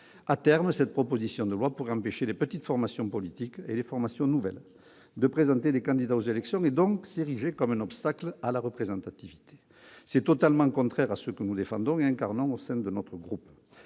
À terme, cette proposition de loi pourrait empêcher les petites formations politiques et les formations nouvelles de présenter des candidats aux élections, et donc s'ériger comme un obstacle à la représentativité. C'est totalement contraire à ce que nous défendons et incarnons au sein de notre groupe